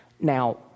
Now